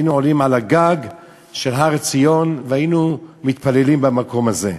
היינו עולים על הגג של הר-ציון והיינו מתפללים במקום הזה.